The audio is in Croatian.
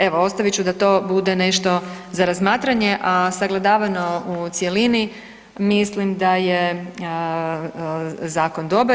Evo ostavit ću da to bude nešto za razmatranje, a sagledavano u cjelini mislim da je zakon dobar.